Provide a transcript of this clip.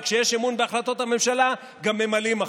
וכשיש אמון בהחלטות הממשלה גם ממלאים אחריהן.